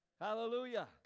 Hallelujah